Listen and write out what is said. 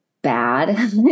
Bad